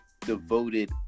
devoted